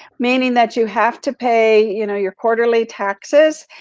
meaning that you have to pay you know your quarterly taxes,